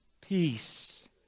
Peace